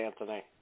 Anthony